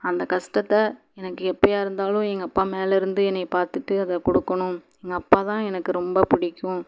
அந்த கஸ்டத்தை எனக்கு எப்பவா இருந்தாலும் எங்கள் அப்பா மேலேருந்து என்னை பார்த்துட்டு அதை கொடுக்கணும் எங்கள் அப்பா தான் எனக்கு ரொம்ப பிடிக்கும்